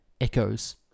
echoes